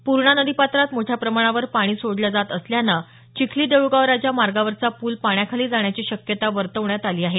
पूर्णा नदीपात्रात मोठ्या प्रमाणावर पाणी सोडलं जात असल्यानं चिखली देऊळगाव राजा मार्गावरचा प्रल पाण्याखाली जाण्याची शक्यता वर्तवण्यात आली आहे